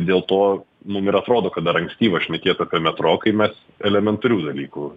dėl to mum ir atrodo kad dar ankstyva šnekėt apie metro kai mes elementarių dalykų